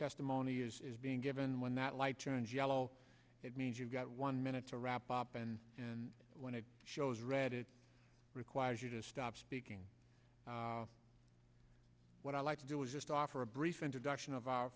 testimony only is being given when that light turns yellow it means you've got one minute to wrap up and when it shows read it requires you to stop speaking what i like to do is just offer a brief introduction of our